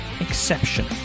exception